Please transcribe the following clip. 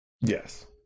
Yes